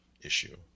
issue